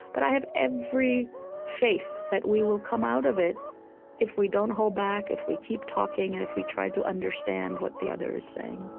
but i have every faith that we will come out of it if we don't hold back, if we keep talking, and if we try to understand what the other is saying